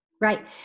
Right